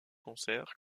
concerts